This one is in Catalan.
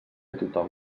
tothom